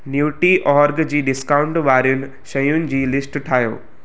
nutri org जी discount वारियुनि शयुनि जी लिस्ट ठाहियो